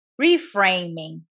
reframing